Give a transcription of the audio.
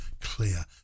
clear